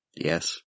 Yes